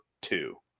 two